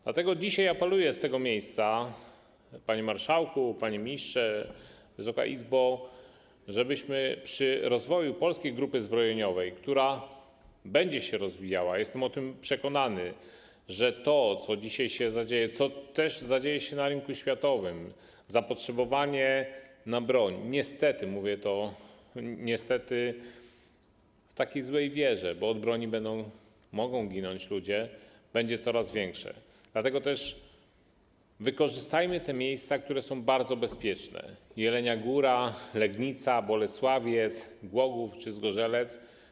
Dlatego dzisiaj apeluję z tego miejsca, panie marszałku, panie ministrze, wysoka Izbo, żebyśmy przy rozwoju Polskiej Grupy Zbrojeniowej, która będzie się rozwijała, jestem o tym przekonany - dzisiaj to, co się dzieje na rynku światowym, to zapotrzebowanie na broń, niestety, mówię to: niestety w takiej złej wierze, bo od broni mogą ginąć ludzie, będzie coraz większe - wykorzystali te miejsca, które są bardzo bezpieczne: Jelenia Góra, Legnica, Bolesławiec, Głogów czy Zgorzelec.